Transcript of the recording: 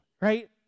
Right